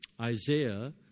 Isaiah